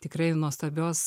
tikrai nuostabios